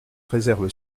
réserve